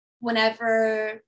whenever